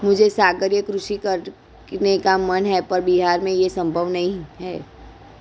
मुझे सागरीय कृषि करने का मन है पर बिहार में ये संभव नहीं है